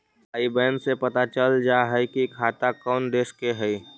आई बैन से पता चल जा हई कि खाता कउन देश के हई